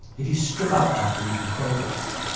if you strip out that belief in progress,